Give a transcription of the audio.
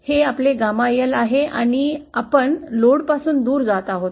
हे आपले gama L आहे आणि आपण लोडपासून दूर जात आहोत